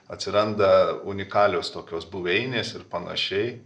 atsiranda unikalios tokios buveinės ir panašiai